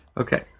Okay